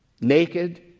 naked